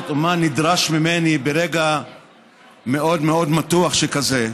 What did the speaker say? ומה נדרש ממני ברגע מאוד מאוד מתוח שכזה,